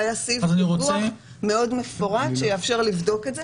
והיה סעיף פיקוח מפורט מאוד שיאפשר לבדוק את זה,